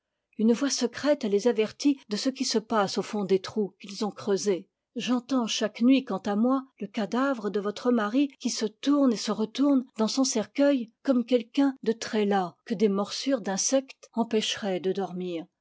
une voix secrète les avertit de ce qui se passe au fond des trous qu'ils ont creusés j'entends chaque nuit quant à moi le cadavre de votre mari qui se tourne et se retourne dans son cercueil comme quelqu'un de très las que des morsures d'insectes empêcheraient de dormir